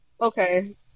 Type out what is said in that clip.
Okay